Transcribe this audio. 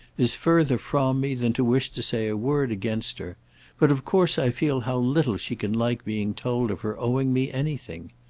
is further from me than to wish to say a word against her but of course i feel how little she can like being told of her owing me anything.